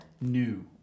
New